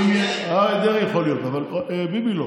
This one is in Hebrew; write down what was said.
אריה דרעי יכול להיות, אבל ביבי לא.